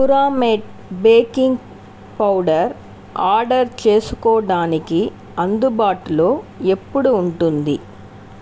పురామేట్ baking powder order చేసుకోడానికి అందుబాటులో ఎప్పుడు ఉంటుంది